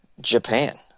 Japan